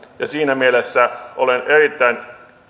siinä mielessä olen erittäin